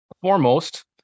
Foremost